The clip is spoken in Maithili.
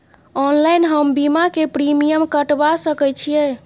ऑनलाइन हम बीमा के प्रीमियम कटवा सके छिए?